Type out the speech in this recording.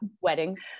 weddings